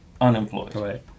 unemployed